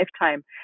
lifetime